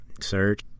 search